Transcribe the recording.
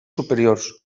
superiors